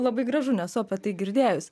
labai gražu nesu apie tai girdėjus